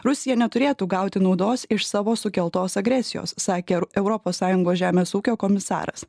rusija neturėtų gauti naudos iš savo sukeltos agresijos sakė europos sąjungos žemės ūkio komisaras